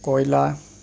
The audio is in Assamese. কয়লা